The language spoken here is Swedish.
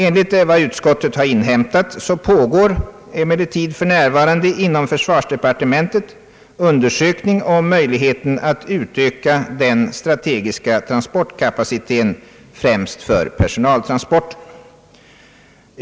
Enligt vad utskottet har inhämtat pågår emellertid för närvarande inom försvarsdepartementet en undersökning om möjligheten att utöka den strategiska transportkapaciteten, främst för personaltransporter.